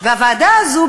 והוועדה הזאת,